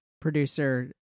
producer